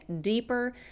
deeper